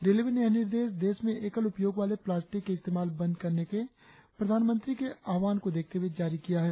railway ने यह निर्देश देश में एकल उपयोग वाले प्लास्टिक के इस्तेमाल बंद करने के प्रधानमंत्री के आह्वान को देखते हुए जारी किया है